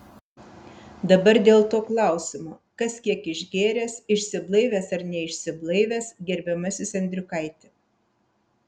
dabar dėl to klausimo kas kiek išgėręs išsiblaivęs ar neišsiblaivęs gerbiamasis endriukaiti